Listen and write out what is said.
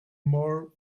more